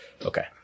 Okay